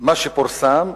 מה שפורסם,